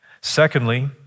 secondly